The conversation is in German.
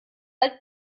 alt